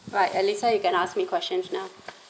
right alyssa you can ask me questions now